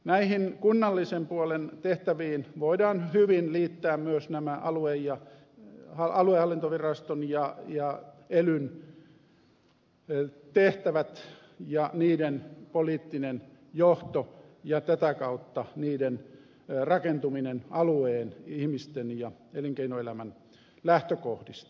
näihin kunnallisen puolen tehtäviin voidaan hyvin liittää myös aluehallintoviraston ja elyn tehtävät ja niiden poliittinen johto ja tätä kautta niiden rakentuminen alueen ihmisten ja elinkeinoelämän lähtökohdista